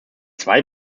zwei